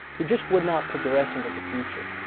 who just would not progress into the future.